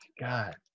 God